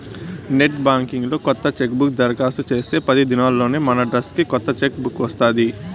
net banking లో కొత్త chequebook దరకాస్తు చేస్తే పది దినాల్లోనే మనడ్రస్కి కొత్త చెక్ బుక్ వస్తాది